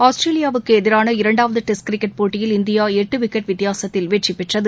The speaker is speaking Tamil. ஆஸ்திரேலியாவுக்கு எதிரான இரண்டாவது டெஸ்ட் கிரிக்கெட் போட்டியில் இந்தியா எட்டு விக்கெட் வித்தியாசத்தில் வெற்றிபெற்றது